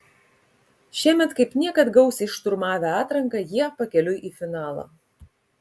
šiemet kaip niekad gausiai šturmavę atranką jie pakeliui į finalą